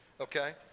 okay